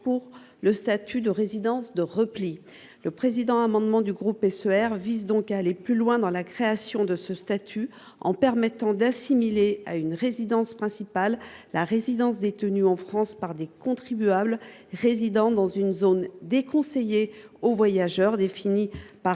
pour le statut de résidence de repli. Le présent amendement de Yan Chantrel et du groupe SER vise à aller plus loin dans la création de ce statut, en permettant d’assimiler à une résidence principale la résidence détenue en France par des contribuables résidant dans une zone déconseillée aux voyageurs, définie par